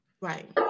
right